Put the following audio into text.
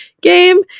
game